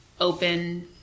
open